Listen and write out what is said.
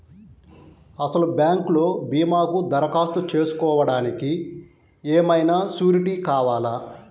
అసలు బ్యాంక్లో భీమాకు దరఖాస్తు చేసుకోవడానికి ఏమయినా సూరీటీ కావాలా?